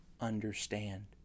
understand